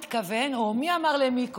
מי אמר למי קודם?